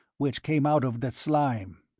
which came out of the slime!